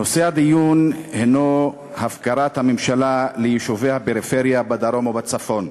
נושא הדיון הוא הפקרת הממשלה את יישובי הפריפריה בדרום ובצפון.